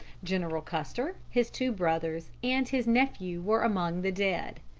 general custer, his two brothers and his nephew were among the dead.